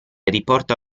riporta